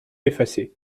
effacé